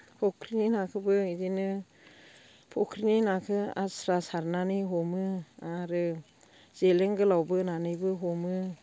फुख्रिनि नाखौबो बिदिनो फुख्रिनि नाखौ आस्रा सारनानै हमो आरो जेलें गोलाव बोनानैबो हमो